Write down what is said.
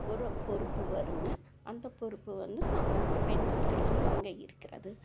ஒரு பொறுப்பு வருங்க அந்த பொறுப்பு வந்து நம்ம பெண்கள் கையில் தாங்க இருக்கிறது